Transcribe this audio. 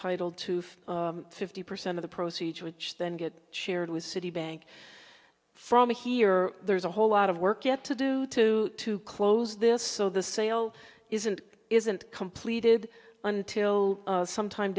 entitle to fifty percent of the procedure which then get shared with citibank from here there's a whole lot of work yet to do to to close this so the sale isn't isn't completed until sometime